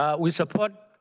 ah we support